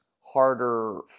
harder